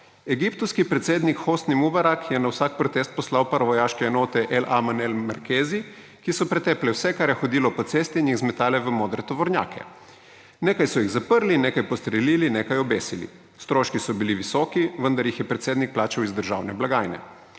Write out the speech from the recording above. Egiptovski predsednik Hosni Mubarak je na vsak protest poslal paravojaške enote el amn el merkezi, ki so preteple vse, kar je hodilo po cesti, in jih zmetale v modre tovornjake. Nekaj so jih zaprli, nekaj postrelili, nekaj obesili. Stroški so bili visoki, vendar jih je predsednik plačal iz državne blagajne.